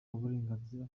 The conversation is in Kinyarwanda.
uburenganzira